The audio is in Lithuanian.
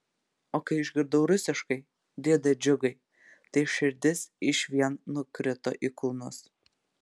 o kai išgirdau rusiškai dėde džiugai tai širdis išvien nukrito į kulnus